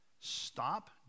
Stop